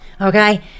Okay